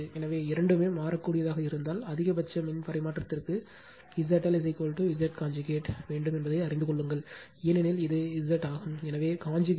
எனவே காஞ்சுகேட் 2